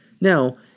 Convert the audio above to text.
Now